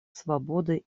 свободы